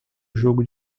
jogo